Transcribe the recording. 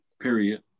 Period